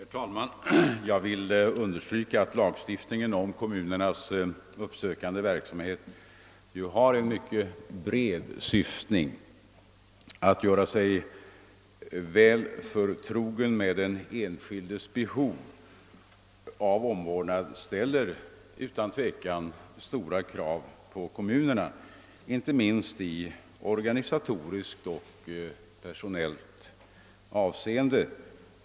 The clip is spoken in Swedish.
Herr talman! Jag vill understryka att lagstiftningen om kommunernas uppsökande verksamhet har en mycket bred syftning. Att göra sig väl förtrogen med den enskildes behov av omvårdnad ställer utan tvekan stora krav på kommunerna, inte minst i organisatoriskt och personellt avseende.